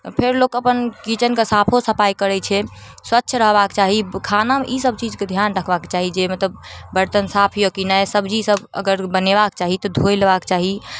फेर लोक अपन किचनके साफो सफाइ करय छै स्वच्छ रहबाक चाही खानामे ई सब चीजके ध्यान रखबाक चाही जे मतलब बर्तन साफ यऽ कि नहि सब्जी सब अगर बनेबाक चाही तऽ धोइ लेबाक चाही